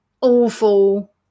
awful